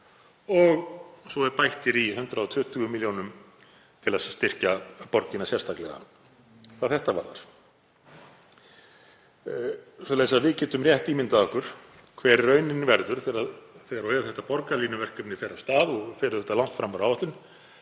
og svo er bætt í 120 milljónum til að styrkja borgina sérstaklega hvað þetta varðar. Svoleiðis að við getum rétt ímyndað okkur hver raunin verður þegar og ef þetta borgarlínuverkefnið fer af stað og fer langt fram úr áætlun.